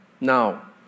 now